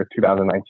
2019